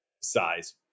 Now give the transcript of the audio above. size